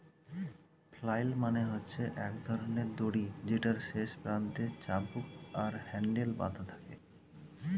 flail মানে হচ্ছে এক ধরণের দড়ি যেটার শেষ প্রান্তে চাবুক আর হ্যান্ডেল বাধা থাকে